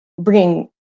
bringing